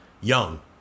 young